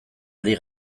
ari